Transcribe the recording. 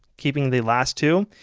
keeping the last two.